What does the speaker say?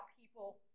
people